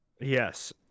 yes